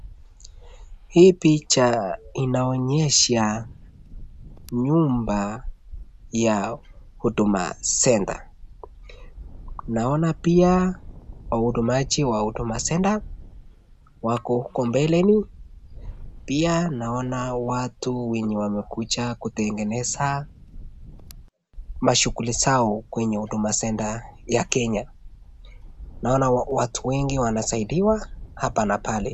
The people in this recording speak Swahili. Hii picha inaonyesha nyumba ya Huduma Center . Naona pia wahudumiaji wa Huduma Center wako mbeleni. Pia naona watu wenye wamekuja kutengeneza mashughuli zao kwenye Huduma Center ya Kenya. Naona watu wengi wanasaidiwa hapa na pale.